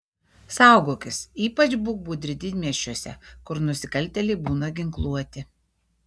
saugokis ypač būk budri didmiesčiuose kur nusikaltėliai būna ginkluoti